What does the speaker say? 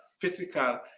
physical